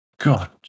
God